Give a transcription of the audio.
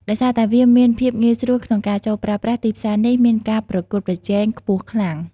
ដោយសារតែវាមានភាពងាយស្រួលក្នុងការចូលប្រើប្រាស់ ទីផ្សារនេះមានការប្រកួតប្រជែងខ្ពស់ខ្លាំង។